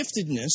giftedness